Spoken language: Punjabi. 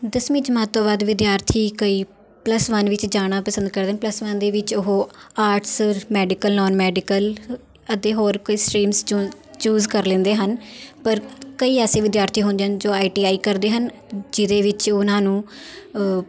ਦਸਵੀਂ ਜਮਾਤ ਤੋਂ ਬਾਅਦ ਵਿਦਿਆਰਥੀ ਕਈ ਪਲੱਸ ਵੰਨ ਵਿੱਚ ਜਾਣਾ ਪਸੰਦ ਕਰਦੇ ਹਨ ਪਲੱਸ ਵੰਨ ਦੇ ਵਿੱਚ ਉਹ ਆਰਟਸ ਮੈਡੀਕਲ ਨੋਨ ਮੈਡੀਕਲ ਅਤੇ ਹੋਰ ਕੋਈ ਸਟਰੀਮਸ ਚੂ ਚੂਸ ਕਰ ਲੈਂਦੇ ਹਨ ਪਰ ਕਈ ਐਸੇ ਵਿਦਿਆਰਥੀ ਹੁੰਦੇ ਹਨ ਜੋ ਆਈ ਟੀ ਆਈ ਕਰਦੇ ਹਨ ਜਿਹਦੇ ਵਿੱਚ ਉਹਨਾਂ ਨੂੰ